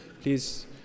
Please